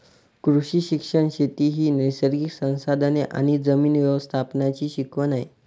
कृषी शिक्षण शेती ही नैसर्गिक संसाधने आणि जमीन व्यवस्थापनाची शिकवण आहे